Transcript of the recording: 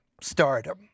stardom